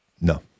no